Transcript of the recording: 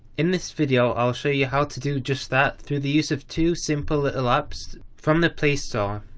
in this video i will show you how to do just that through the use of a simple little app so from the play store.